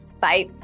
Bye